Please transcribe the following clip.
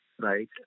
Right